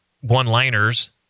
one-liners